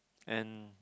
and